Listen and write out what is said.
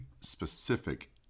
specific